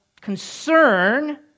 concern